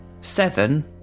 seven